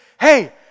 hey